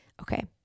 Okay